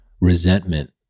resentment